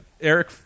Eric